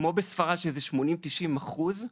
כמו בספרד ששם זה 90-80 אחוז,